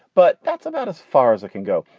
but that's about as far as it can go.